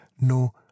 no